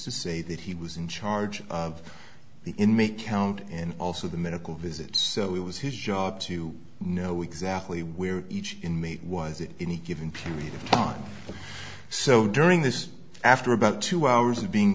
to say that he was in charge of the in may count and also the medical visit so it was his job to know exactly where each inmate was it in a given period of time so during this after about two hours of being